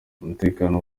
umutekano